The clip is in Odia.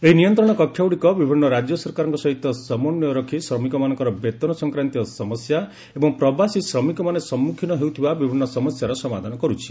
ଏହି ନିୟନ୍ତ୍ରଣ କକ୍ଷଗୁଡ଼ିକ ବିଭିନ୍ନ ରାଜ୍ୟ ସରକାରଙ୍କ ସହିତ ସମନ୍ଧୟ ରଖି ଶ୍ରମିକମାନଙ୍କର ବେତନ ସଂକ୍ରାନ୍ତୀୟ ସମସ୍ୟା ଏବଂ ପ୍ରବାସୀ ଶ୍ରମିକମାନେ ସମ୍ମୁଖୀନ ହେଉଥିବା ବିଭିନ୍ନ ସମସ୍ୟାର ସମାଧାନ କରୁଛି